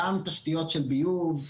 גם תשתיות של ביוב.